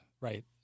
right